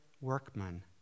workman